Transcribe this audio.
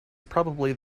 probably